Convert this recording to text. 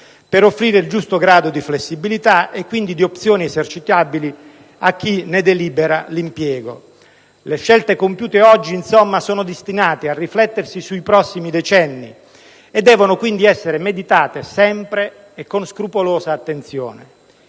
per offrire il giusto grado di flessibilità e quindi di opzioni esercitabili a chi ne delibera l'impiego. Le scelte compiute oggi, insomma, sono destinate a riflettersi sui prossimi decenni e devono quindi essere meditate sempre e con scrupolosa attenzione,